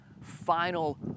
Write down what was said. final